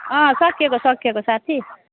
अँ सकिएको सकिएको साथी